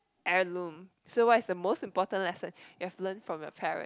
heirloom so what is the most important lesson you have learnt from your parent